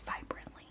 vibrantly